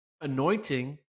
anointing